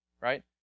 right